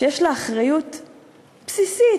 שיש לה אחריות בסיסית,